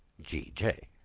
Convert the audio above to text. g j.